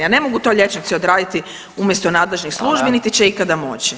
A ne mogu to liječnici odraditi umjesto nadležnih službi niti će ikada moći.